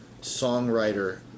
songwriter